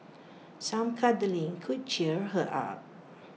some cuddling could cheer her up